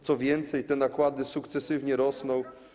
Co więcej, te nakłady sukcesywnie rosną.